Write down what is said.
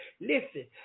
Listen